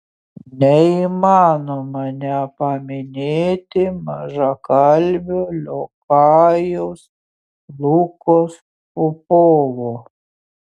neįmanoma nepaminėti mažakalbio liokajaus lukos popovo